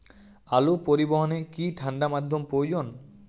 আলু পরিবহনে কি ঠাণ্ডা মাধ্যম প্রয়োজন?